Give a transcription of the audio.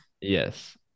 Yes